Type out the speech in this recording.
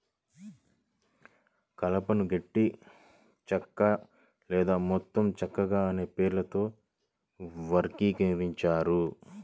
కలపను గట్టి చెక్క లేదా మెత్తని చెక్కగా అనే పేర్లతో వర్గీకరించారు